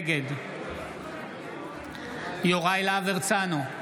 נגד יוראי להב הרצנו,